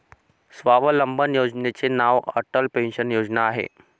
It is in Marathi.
स्वावलंबन योजनेचे नाव अटल पेन्शन योजना आहे